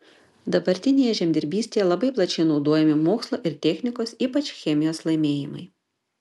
dabartinėje žemdirbystėje labai plačiai naudojami mokslo ir technikos ypač chemijos laimėjimai